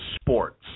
sports